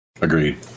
Agreed